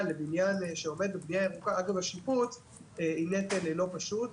לבניין שעומד בבנייה ירוקה אגב השיפוץ היא נטל לא פשוט,